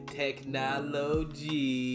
technology